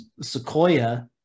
sequoia